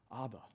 Abba